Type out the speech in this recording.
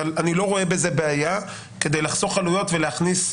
אבל אני לא רואה בזה בעיה כדי לחסוך עליות ולהכניס.